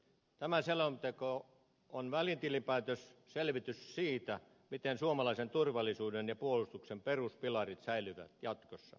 tämä selonteko on välitilinpäätös selvitys siitä miten suomalaisen turvallisuuden ja puolustuksen peruspilarit säilyvät jatkossa